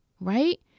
right